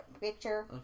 Picture